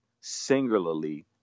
singularly